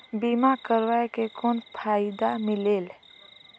बीमा करवाय के कौन फाइदा मिलेल?